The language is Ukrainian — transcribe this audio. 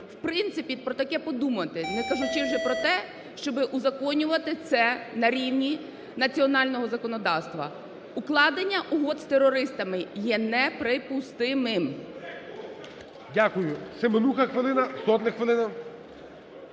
в принципі про таке подумати, не кажучи вже про те, щоб узаконювати це на рівні національного законодавства. Укладення угод з терористами є неприпустимим.